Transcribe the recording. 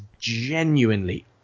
genuinely